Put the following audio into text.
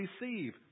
receive